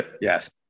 Yes